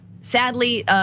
sadly